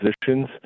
positions